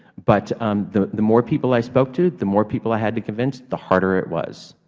but um the the more people i spoke to, the more people i had to convince, the harder it was.